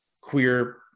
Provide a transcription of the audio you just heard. queer